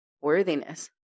worthiness